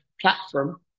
platform